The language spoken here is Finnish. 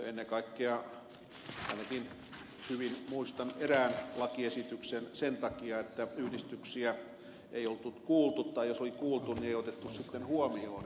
ennen kaikkea hyvin muistan ainakin erään lakiesityksen sen takia että yhdistyksiä ei ollut kuultu tai jos oli kuultu niin ei otettu sitten huomioon